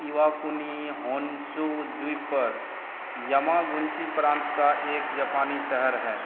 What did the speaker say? Iwakuni Honshu द्वीप पर Yamaguchi प्रांत का एक जपानी शहर है